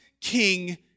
king